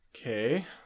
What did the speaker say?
Okay